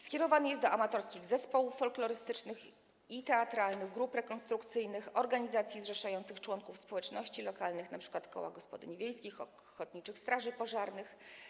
Skierowany jest do amatorskich zespołów folklorystycznych i teatralnych grup rekonstrukcyjnych, organizacji zrzeszających członków społeczności lokalnych, np. kół gospodyń wiejskich, ochotniczych straży pożarnych.